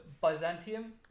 Byzantium